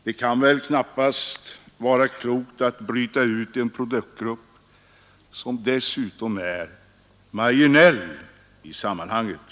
Det kan väl knappast vara klokt att bryta ut en produktgrupp, som dessutom är marginell i sammanhanget.